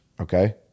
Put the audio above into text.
okay